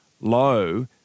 low